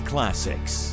Classics